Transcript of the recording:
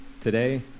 today